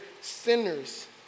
sinners